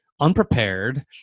unprepared